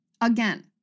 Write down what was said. Again